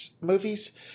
movies